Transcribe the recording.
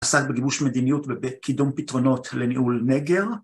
‫עסק בגיבוש מדיניות ‫ובקידום פתרונות לניהול נגר.